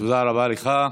תודה רבה לך.